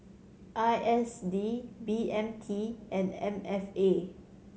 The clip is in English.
I S D B M T and M F A